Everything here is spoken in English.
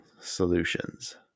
Solutions